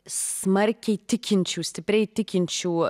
smarkiai tikinčių stipriai tikinčių